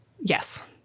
Yes